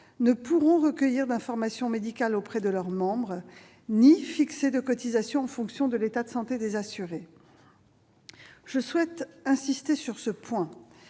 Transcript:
ne pourront recueillir d'informations médicales auprès de leurs membres, ni fixer des cotisations en fonction de l'état de santé des assurés. J'y insiste : cette